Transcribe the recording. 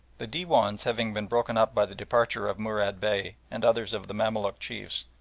the dewan having been broken up by the departure of murad bey and others of the mamaluk chiefs,